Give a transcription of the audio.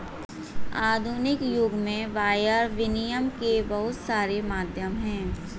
आधुनिक युग में वायर विनियम के बहुत सारे माध्यम हैं